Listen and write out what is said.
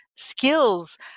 skills